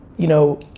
you know,